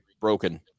broken